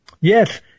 Yes